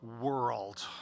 world